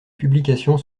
publications